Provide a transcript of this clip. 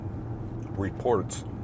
reports